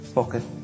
Pocket